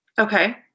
Okay